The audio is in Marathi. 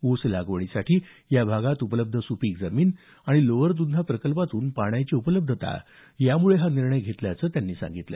ऊस लागवडीसाठी या भागात उपलब्ध सुपीक जमीन आणि लोअर दुधना प्रकल्पातून पाण्याची उपलब्धता यामुळे हा निर्णय घेत असल्याचं त्यांनी सांगितलं